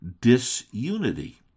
disunity